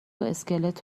اسکلت